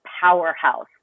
powerhouse